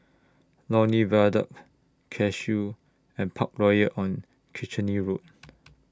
Lornie Viaduct Cashew and Parkroyal on Kitchener Road